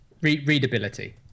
Readability